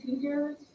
teachers